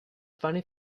funny